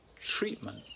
treatment